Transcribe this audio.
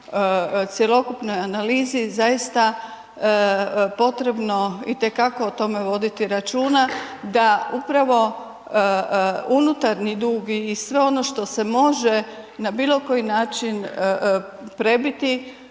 cjelokupnoj analizi zaista potrebno i te kako o tome voditi računa, da upravo unutarnji dug i sve ono što se može na bilo koji način prebiti